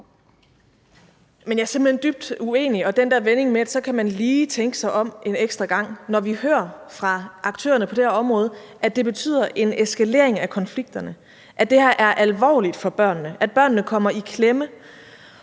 Men jeg er simpelt hen dybt uenig, og i forhold til den der vending med, at man så lige kan tænke sig om en ekstra gang, må jeg sige, at vi hører fra aktørerne på det her område, at det betyder en eskalering af konflikterne, at det her er alvorligt for børnene, at børnene kommer i klemme.